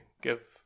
give